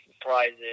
prizes